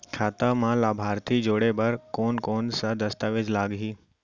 खाता म लाभार्थी जोड़े बर कोन कोन स दस्तावेज लागही?